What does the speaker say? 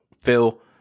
Phil